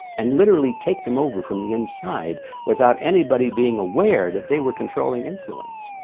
and literally take them over from the inside without anybody being aware that they were controlling influence.